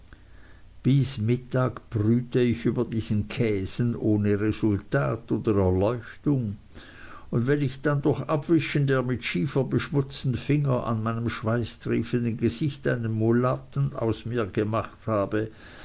bis mittag brüte ich über diesen käsen ohne resultat oder erleuchtung und wenn ich dann durch abwischen der mit schiefer beschmutzten finger an meinem schweißtriefenden gesicht einen mulatten aus mir gemacht habe